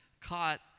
caught